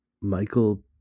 michael